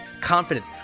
confidence